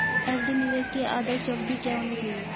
FD निवेश की आदर्श अवधि क्या होनी चाहिए?